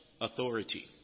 authority